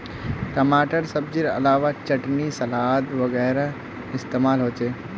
टमाटर सब्जिर अलावा चटनी सलाद वगैरहत इस्तेमाल होचे